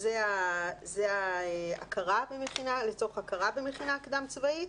זו ההכרה במכינה, לצורך הכרה במכינה הקדם צבאית.